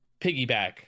piggyback